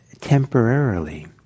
temporarily